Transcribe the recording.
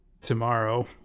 Tomorrow